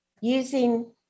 using